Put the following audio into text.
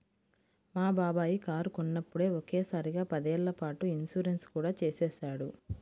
మా బాబాయి కారు కొన్నప్పుడే ఒకే సారిగా పదేళ్ళ పాటు ఇన్సూరెన్సు కూడా చేసేశాడు